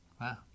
Wow